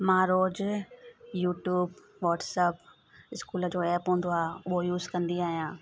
मां रोज़ु YouTube WhatsApp इस्कूलु जो ऐप हूंदो आहे उहो यूस कंदी आहियां